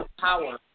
power